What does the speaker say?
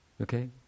Okay